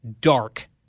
dark